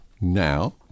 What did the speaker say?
now